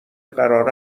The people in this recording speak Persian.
قرار